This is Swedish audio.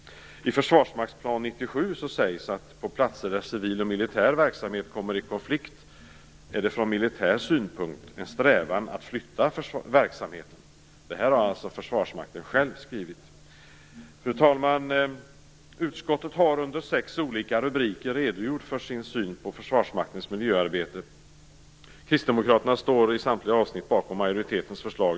I Försvarsmaktens plan för 1997 sägs: "På platser där civil och militär verksamhet kommer i konflikt är det från militär synpunkt en strävan att flytta verksamheten." Det här har alltså Försvarsmakten själv skrivit. Fru talman! Utskottet har under sex olika rubriker redogjort för sin syn på Försvarsmaktens miljöarbete. Kristdemokraterna står i samtliga avsnitt bakom majoritetens förslag.